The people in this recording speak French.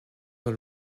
dans